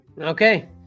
okay